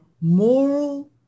moral